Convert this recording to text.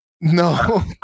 No